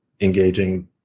engaging